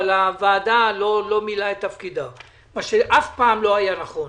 שהוועדה לא מילאה את תפקידה בהם - מה שאף פעם לא היה נכון.